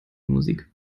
musik